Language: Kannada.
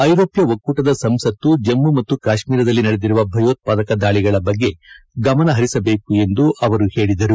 ಐರೋಪ್ಠ ಒಕ್ಕೂಟದ ಸಂಸತ್ತು ಜಮ್ಮ ಮತ್ತು ಕಾಶ್ಮೀರದಲ್ಲಿ ನಡೆದಿರುವ ಭಯೋತ್ಪಾದಕ ದಾಳಗಳ ಬಗ್ಗೆ ಗಮನಹರಿಸಬೇಕು ಎಂದು ಅವರು ಹೇಳಿದರು